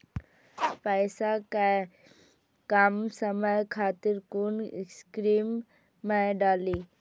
पैसा कै कम समय खातिर कुन स्कीम मैं डाली?